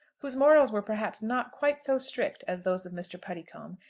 whose morals were perhaps not quite so strict as those of mr. puddicombe,